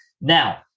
Now